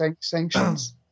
sanctions